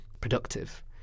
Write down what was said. productive